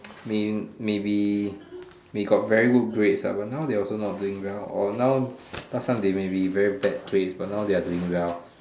may maybe they got very good grades but now they are also not doing well or now last time they maybe very bad grades but now they are doing well